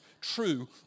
true